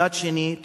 מצד שני,